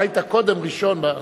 אתה היית קודם, ראשון.